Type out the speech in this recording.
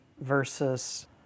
versus